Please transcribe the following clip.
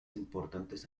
importantes